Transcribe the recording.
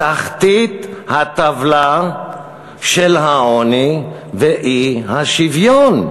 תחתית הטבלה של העוני והאי-שוויון.